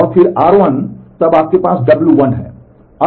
और फिर r1 तब आपके पास w1 है